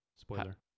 spoiler